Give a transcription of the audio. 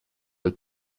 del